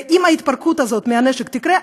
אם ההתפרקות הזאת מהנשק תקרה,